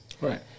Right